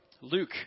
Luke